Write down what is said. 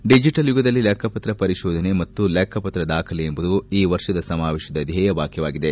digital ಯುಗದಲ್ಲಿ ಲೆಕ್ಕಪತ್ರ ಪರಿಶೋಧನೆ ಮತ್ತು ಲೆಕ್ಕಪತ್ರ ದಾಖಲೆ ಎಂಬುದು ಈ ವರ್ಷದ ಸಮಾವೇಶದ ಧ್ವೇಯ ವಾಕ್ವವಾಗಿದೆ